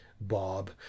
bob